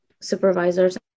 supervisors